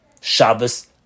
Shabbos